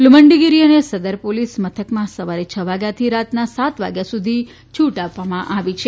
લુમડિંગીરી અને સદર પોલીસ મથકમાં સવારે છ વાગ્યાથી રાતના સાત વાગ્યા સુધી છૂટ આપવામાં આવી છે